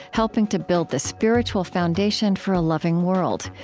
helping to build the spiritual foundation for a loving world.